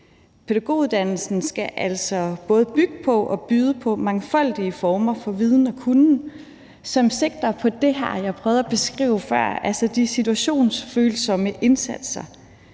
Pædagoguddannelsen skal altså både bygge på og byde på mangfoldige former for viden og kunnen, som sigter på det, jeg prøvede at beskrive før, altså de situationsfølsomme indsatser,